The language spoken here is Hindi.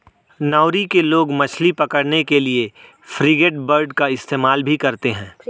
नाउरू के लोग मछली पकड़ने के लिए फ्रिगेटबर्ड का इस्तेमाल भी करते हैं